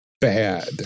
bad